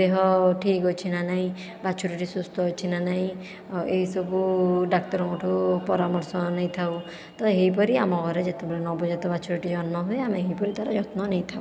ଦେହ ଠିକ ଅଛି ନା ନାହିଁ ବାଛୁରୀଟି ସୁସ୍ଥ ଅଛି ନା ନାହିଁ ଆଉ ଏହିସବୁ ଡାକ୍ତରଙ୍କ ଠୁ ପରାମର୍ଶ ନେଇଥାଉ ତ ଏହିପରି ଆମ ଘରେ ଯେତେବେଳେ ନବଜାତ ବାଛୁରୀଟି ଜନ୍ମ ହୁଏ ଆମେ ଏହିପରି ତା'ର ଯତ୍ନ ନେଇଥାଉ